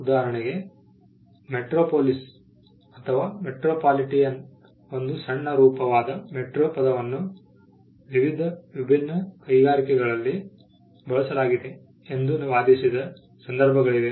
ಉದಾಹರಣೆಗೆ ಮೆಟ್ರೊಪೊಲಿಸ್ ಅಥವಾ ಮೆಟ್ರೋಪಾಲಿಟನಗೆ ಒಂದು ಸಣ್ಣ ರೂಪವಾದ ಮೆಟ್ರೋ ಪದವನ್ನು ವಿವಿಧ ವಿಭಿನ್ನ ಕೈಗಾರಿಕೆಗಳಲ್ಲಿ ಬಳಸಲಾಗಿದೆ ಎಂದು ವಾದಿಸಿದ ಸಂದರ್ಭಗಳಿವೆ